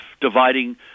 dividing